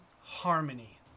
harmony